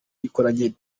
ikoranye